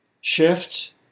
shift